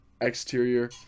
exterior